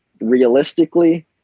Realistically